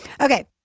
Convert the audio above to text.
Okay